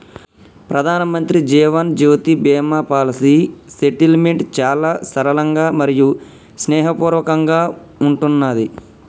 ప్రధానమంత్రి Jeevan Jyoti Bima policy settlement చాలా సరళంగా మరియు స్నేహపూర్వకంగా ఉంటున్నాది